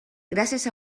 gràcies